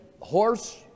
horse